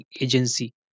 agency